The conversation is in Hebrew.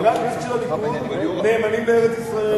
חברי הכנסת של הליכוד נאמנים לארץ-ישראל,